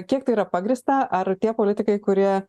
kiek tai yra pagrįsta ar tie politikai kurie